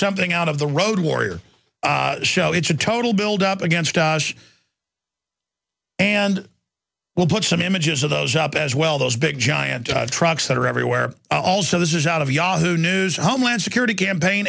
something out of the road warrior show it's a total build up against and we'll put some images of those up as well those big giant trucks that are everywhere also this is out of yahoo news homeland security campaign